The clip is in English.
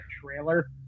trailer